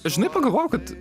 žinai pagalvojau kad